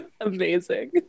Amazing